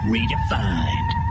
Redefined